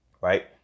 Right